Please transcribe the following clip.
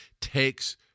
takes